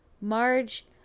Marge